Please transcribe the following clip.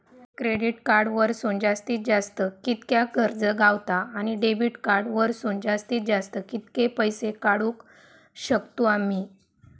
Credit card वरसून जास्तीत जास्त कितक्या कर्ज गावता, आणि डेबिट कार्ड वरसून जास्तीत जास्त कितके पैसे काढुक शकतू आम्ही?